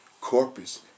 corpus